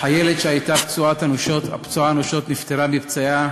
החיילת שהייתה פצועה אנושות נפטרה מפצעיה,